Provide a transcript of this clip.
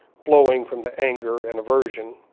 flowing from the anger and aversion,